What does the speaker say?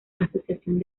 asociación